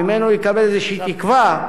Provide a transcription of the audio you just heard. ממנו הוא יקבל איזושהי תקווה,